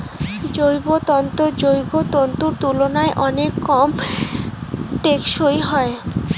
জৈব তন্তু যৌগ তন্তুর তুলনায় অনেক কম টেঁকসই হয়